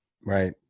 Right